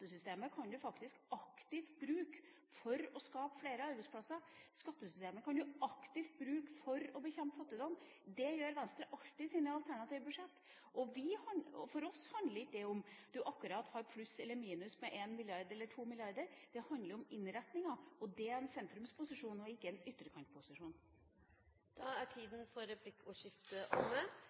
skattesystemet kan du faktisk aktivt bruke for å skape flere arbeidsplasser. Skattesystemet kan du aktivt bruke for å bekjempe fattigdom, og det gjør Venstre alltid i sine alternative budsjetter. For oss handler det ikke om du akkurat har pluss eller minus med én milliard eller to milliarder. Det handler om innretninga, og det er en sentrumsposisjon og ikke en ytterkantposisjon. Replikkordskiftet er omme.